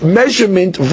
measurement